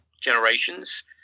generations